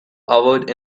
avoid